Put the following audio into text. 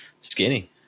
skinny